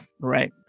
Right